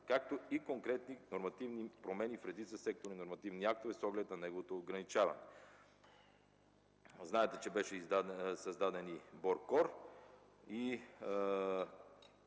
както и конкретни нормативни промени в редица сектори и нормативни актове, с оглед на неговото ограничаване. Знаете, че беше създаден и БОРКОР –